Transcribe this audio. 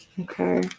okay